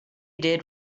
did